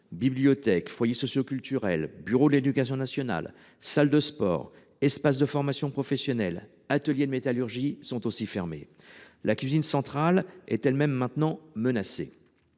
bibliothèque, foyer socioculturel, bureaux de l’éducation nationale, salle de sport, espace de formation professionnelle, ateliers de métallurgie – sont également fermés. La cuisine centrale est elle même désormais menacée.